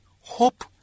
Hope